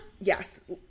Yes